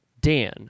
Dan